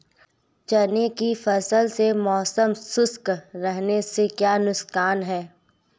चने की फसल में मौसम शुष्क रहने से क्या नुकसान है?